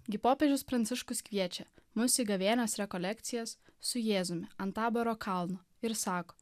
gi popiežius pranciškus kviečia mus į gavėnios rekolekcijas su jėzumi ant taboro kalno ir sako